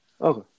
Okay